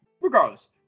Regardless